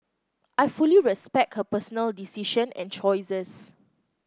I fully respect her personal decision and choices